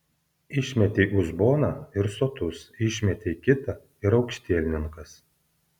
išmetei uzboną ir sotus išmetei kitą ir aukštielninkas